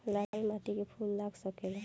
लाल माटी में फूल लाग सकेला?